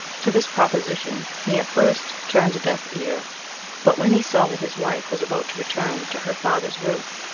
to this proposition he at first turned a deaf ear but when he saw that his wife was about to return to her father's roof,